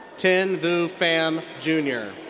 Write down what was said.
thinh vu pham jr.